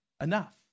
Enough